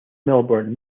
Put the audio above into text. melbourne